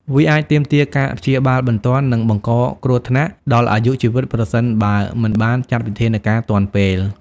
វាអាចទាមទារការព្យាបាលបន្ទាន់ និងបង្កគ្រោះថ្នាក់ដល់អាយុជីវិតប្រសិនបើមិនបានចាត់វិធានការទាន់ពេល។